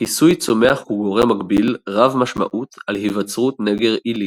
כיסוי צומח הוא גורם מגביל רב משמעות על היווצרות נגר עילי.